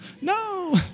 No